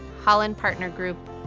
holland partner group,